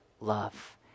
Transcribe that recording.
love